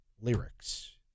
lyrics